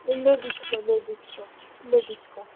ए लेडिसको लेडिसको लेडिसको